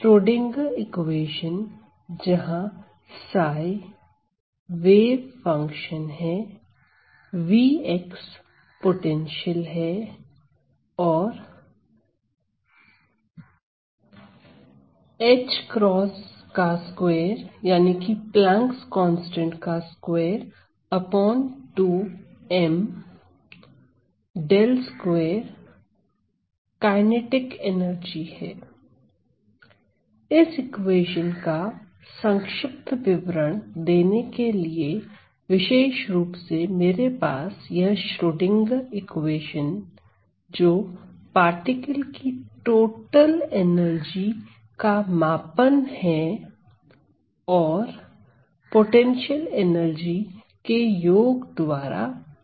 Schrodinger equation जहां 𝛙 wave function V potential और ℏ22 m ▽2 kinetic energy इस इक्वेशन का संक्षिप्त विवरण देने के लिए विशेष रूप से मेरे पास यह श्रोडिंगर इक्वेशन जो पार्टिकल की टोटल एनर्जी का मापन है और पोटेंशियल एनर्जी के योग द्वारा दी जाती है